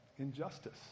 injustice